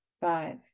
five